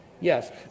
Yes